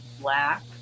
Black